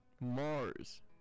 Mars